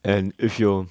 and if you're